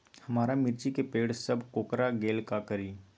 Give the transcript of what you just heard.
हमारा मिर्ची के पेड़ सब कोकरा गेल का करी?